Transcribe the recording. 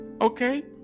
Okay